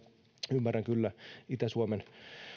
ymmärrän kyllä itä suomen